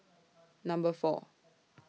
Number four